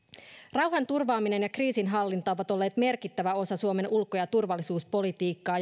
rauhan turvaaminen ja kriisinhallinta ovat olleet merkittävä osa suomen ulko ja turvallisuuspolitiikkaa